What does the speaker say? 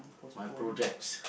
my projects